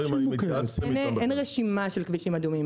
אין רשימה של כבישים אדומים.